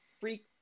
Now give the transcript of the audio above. freak